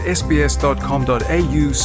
sbs.com.au